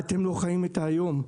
אתם לא חיים את היום,